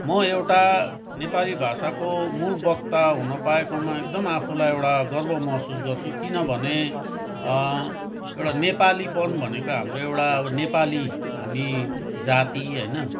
म एउटा नेपाली भाषाको मूल वक्ता हुनपाएकोमा एकदम आफूलाई एउटा गर्व महसुस गर्छु किनभने एउटा नेपालीपन भनेको हाम्रो एउटा नेपाली हामी जाति होइन